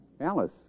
Alice